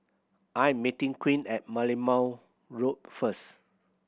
I am meeting Queen at Merlimau Road first